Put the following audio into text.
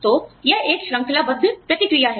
तो यह एक श्रृंखलाबद्ध प्रतिक्रिया है